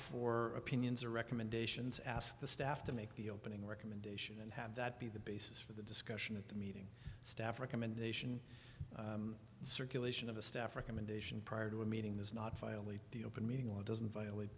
for opinions or recommendations ask the staff to make the opening recommendation and have that be the basis for the discussion of the meeting staff recommendation circulation of a staff recommendation prior to a meeting is not violate the open meeting and doesn't violate